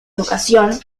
educación